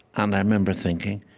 and i remember thinking,